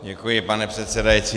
Děkuji, pane předsedající.